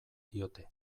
diote